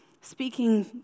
speaking